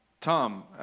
Tom